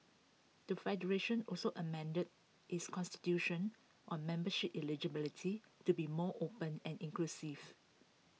the federation also amended its Constitution on membership eligibility to be more open and inclusive